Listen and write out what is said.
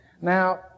Now